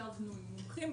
ישבנו עם מומחים,